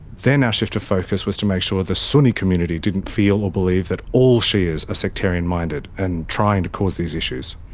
then our shift of focus was to make sure the sunni community didn't feel or believe that all shias are sectarian minded and trying to cause these issues.